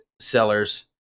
sellers